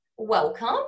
welcome